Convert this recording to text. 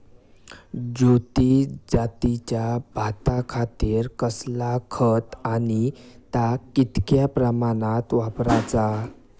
ज्योती जातीच्या भाताखातीर कसला खत आणि ता कितक्या प्रमाणात वापराचा?